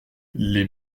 les